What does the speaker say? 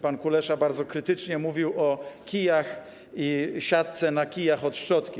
Pan Kulesza bardzo krytycznie mówił o kijach i siatce na kijach od szczotki.